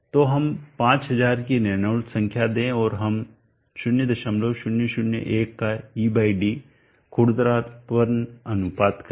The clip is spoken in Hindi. तो हम 5000 की रेनॉल्ड्स संख्या दें और हम 0001 का ed खुरदरापन अनुपात कहें